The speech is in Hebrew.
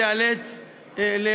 תיהרס.